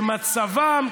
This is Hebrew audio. שמצבם,